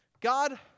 God